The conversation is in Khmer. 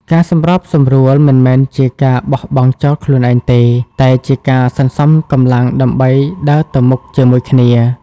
ការសម្របសម្រួល មិនមែនជាការបោះបង់ចោលខ្លួនឯងទេ តែជាការសន្សំកម្លាំងដើម្បីដើរទៅមុខជាមួយគ្នា។